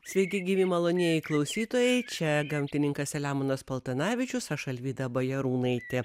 sveiki gyvi malonieji klausytojai čia gamtininkas selemonas paltanavičius aš alvyda bajarūnaitė